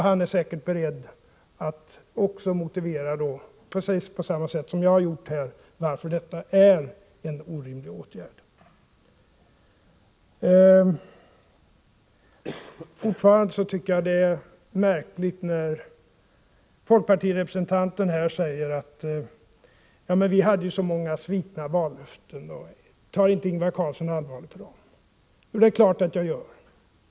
Han är säkert beredd att precis på samma sätt som jag har gjort här motivera varför detta är en orimlig åtgärd. Fortfarande tycker jag att det är märkligt när folkpartirepresentanten säger att vi har att svara för så många svikna vallöften och undrar om inte Ingvar Carlsson tar allvarligt på dem. Det är klart att jag gör.